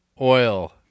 oil